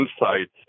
insights